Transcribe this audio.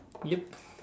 yup